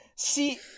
See